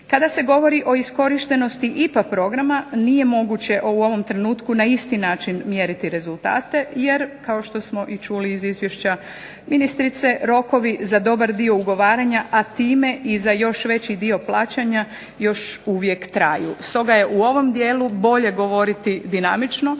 Kada se govori o iskorištenosti IPA programa nije moguće u ovom trenutku na isti način mjeriti podatke jer kao što smo čuli iz izvješća ministrice rokovi za dobar dio ugovaranja a time za još veći dio plaćanja još uvijek traju. Stoga je u ovom dijelu bolje govoriti dinamično